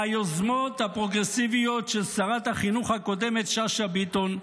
מהיוזמות הפרוגרסיביות של שרת החינוך הקודמת שאשא ביטון,